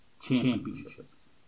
Championships